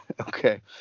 Okay